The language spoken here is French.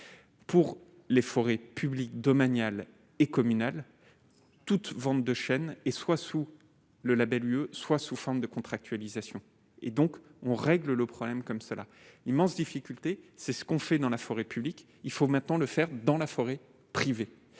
pour les forêts publiques domaniales et communales toute vente de chaîne et soit sous le Label UE soit sous forme de contractualisation et donc on règle le problème comme cela immense difficulté c'est ce qu'on fait dans la forêt publique il faut maintenant le faire dans la forêt privée